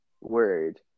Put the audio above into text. Word